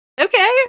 okay